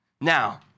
Now